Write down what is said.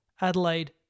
Adelaide